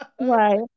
Right